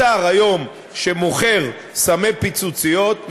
היום אתר שמוכר סמי פיצוציות,